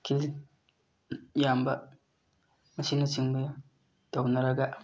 ꯀꯤꯜ ꯌꯥꯝꯕ ꯑꯁꯤꯅꯆꯤꯡꯕ ꯇꯧꯅꯔꯒ